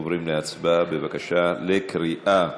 עוברים להצבעה, בבקשה, בקריאה שנייה.